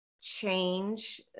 change